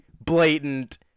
blatant